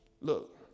look